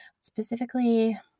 Specifically